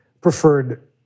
preferred